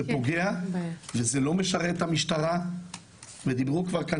פוגע וזה לא משרת את המשטרה ודיברו כבר כאן